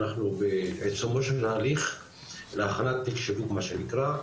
אנחנו בעיצומו של תהליך להכנת תיק שיווק מה שנקרא,